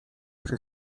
przy